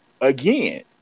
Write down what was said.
again